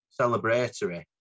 celebratory